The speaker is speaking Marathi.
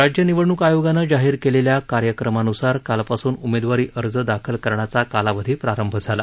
राज्य निवडणूक आयोगानं जाहीर केलेल्या कार्यक्रमान्सार कालपासून उमेदवारी अर्ज दाखल करण्याचा कालावधी प्रारंभ झाला